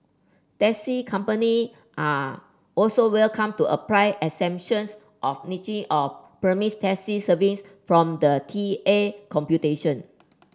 taxi company are also welcome to apply exemptions of niche or premiums taxi service from the T A computation